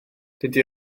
dydy